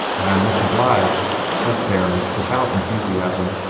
i am much obliged, said theron, without enthusiasm.